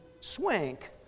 Swank